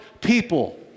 people